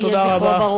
יהי זכרו ברוך.